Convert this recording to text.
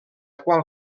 qual